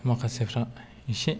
माखासेफ्रा इसे